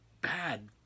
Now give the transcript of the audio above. bad